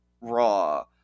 raw